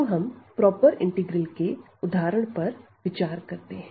अब हम proper integral के उदाहरण पर विचार करते हैं